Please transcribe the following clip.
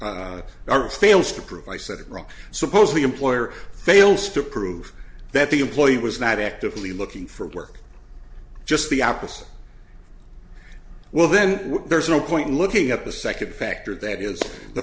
or fails to prove i said it wrong suppose the employer fails to prove that the employee was not actively looking for work just the opposite well then there's no point in looking up the second factor that is the